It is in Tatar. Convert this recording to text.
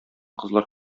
кызлар